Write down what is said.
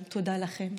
תודה.) תודה לכם.